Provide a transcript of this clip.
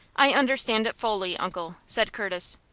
i understand it fully, uncle, said curtis.